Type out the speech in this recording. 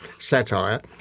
Satire